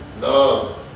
love